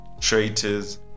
traitors